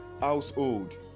household